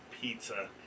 Pizza